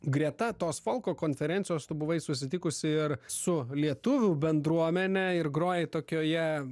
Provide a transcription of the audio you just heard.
greta tos folko konferencijos tu buvai susitikusi ir su lietuvių bendruomene ir grojai tokioje